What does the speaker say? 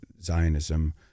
Zionism